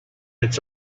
its